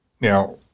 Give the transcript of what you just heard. Now